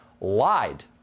LIED